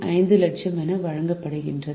5 லட்சம் என வழங்கப்படுகின்றன